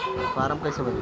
Form कईसे भराई?